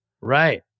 Right